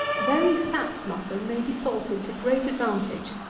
very fat mutton may be salted to great advantage,